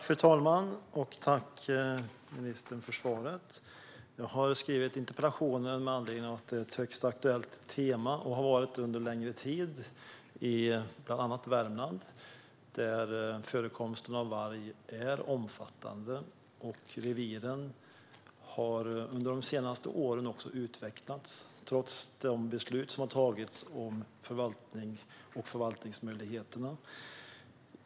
Fru talman! Jag tackar ministern för svaret. Jag har skrivit interpellationen med anledning av att detta är ett högst aktuellt tema, vilket det har varit under en längre tid, i bland annat Värmland. Där är förekomsten av varg omfattande, och reviren har under de senaste åren utvecklats trots de beslut som har tagits om förvaltning och förvaltningsmöjligheter.